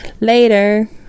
later